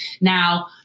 Now